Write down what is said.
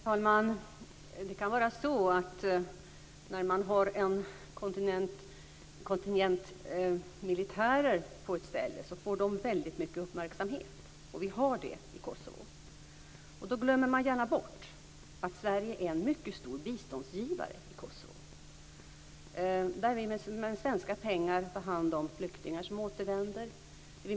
Herr talman! När man har en kontingent militärer på ett ställe får de väldigt mycket uppmärksamhet, och det har vi i Kosovo. Man glömmer gärna bort att Sverige är en mycket stor biståndsgivare till Kosovo. Vi tar med svenska pengar hand om flyktingar som återvänder.